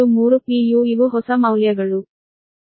u ಇವು ಹೊಸ ಮೌಲ್ಯಗಳು